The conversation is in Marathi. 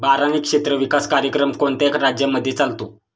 बारानी क्षेत्र विकास कार्यक्रम कोणत्या राज्यांमध्ये चालतो?